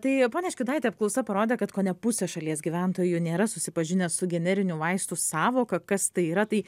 tai pone škiudaite apklausa parodė kad kone pusė šalies gyventojų nėra susipažinę su generinių vaistų sąvoka kas tai yra tai